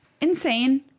insane